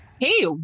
Hey